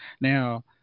Now